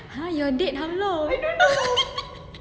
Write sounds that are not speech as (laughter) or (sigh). ha your date how long (laughs)